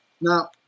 Now